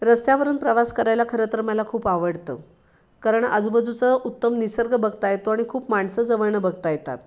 रस्त्यावरून प्रवास करायला खरं तर मला खूप आवडतं कारण आजूबाजूचा उत्तम निसर्ग बघता येतो आणि खूप माणसं जवळनं बघता येतात